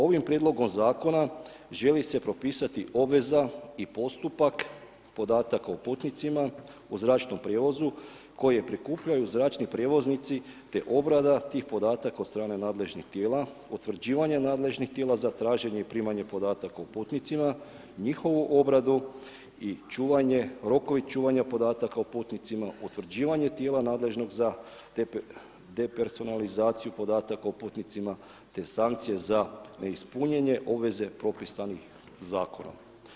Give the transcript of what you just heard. Ovim prijedlogom zakona želi se propisati obveza i postupak podataka o putnicima u zračnom prijevozu koje prikupljaju zračni prijevoznici, te obrada tih podataka od strane nadležnih tijela, utvrđivanje nadležnih tijela za traženje i primanje podataka o putnicima, njihovu obradu i čuvanje, rokovi čuvanja podataka o putnicima, utvrđivanje tijela nadležnog za depersonalizaciju podataka o putnicima, te sankcije za neispunjene obveze propisanih zakonom.